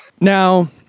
Now